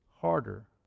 harder